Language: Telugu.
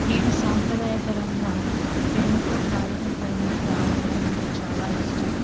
నేను సాంప్రదాయపరంగా పెన్నుతో కాగితం పైన వ్రాయడం నాకు చాలా ఇష్టం